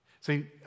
See